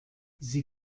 sie